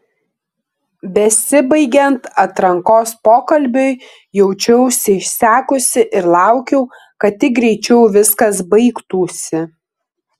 besibaigiant atrankos pokalbiui jaučiausi išsekusi ir laukiau kad tik greičiau viskas baigtųsi